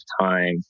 time